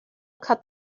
caught